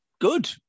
good